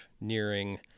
nearing